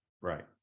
Right